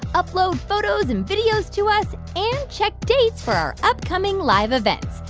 upload photos and videos to us and check dates for our upcoming live events.